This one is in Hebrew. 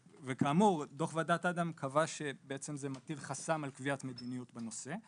וכאמור דוח וועדת אדם קבע שבעצם זה מטיל חסם על קביעת מדיניות בנושא.